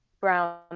brown